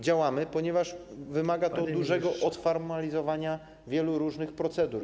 Działamy, ponieważ wymaga to dużego odformalizowania wielu różnych procedur.